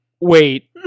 wait